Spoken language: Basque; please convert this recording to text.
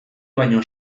baino